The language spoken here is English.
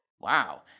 Wow